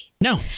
No